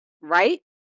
Right